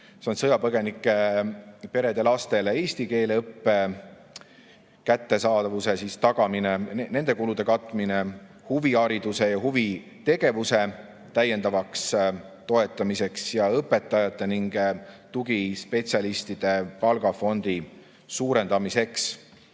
See on sõjapõgenike perede lastele eesti keele õppe kättesaadavuse tagamine, nende kulude katmine, huvihariduse ja huvitegevuse täiendavaks toetamiseks, ning õpetajate ja tugispetsialistide palgafondi suurendamiseks.